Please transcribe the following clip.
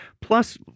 plus